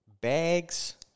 Bags